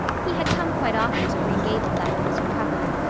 he had come quite often to green gables after his recovery,